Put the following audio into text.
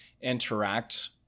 interact